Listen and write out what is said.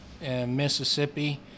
Mississippi